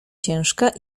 ciężka